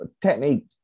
technique